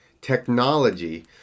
technology